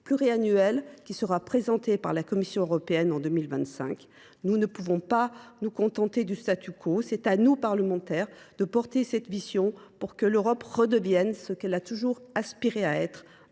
pluriannuel qui sera présenté par la Commission européenne en 2025. Nous ne pouvons pas nous contenter du. C’est à nous, parlementaires, de porter cette vision, pour que l’Europe redevienne ce qu’elle a toujours aspiré à être